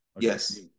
Yes